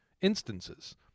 instances